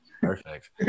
Perfect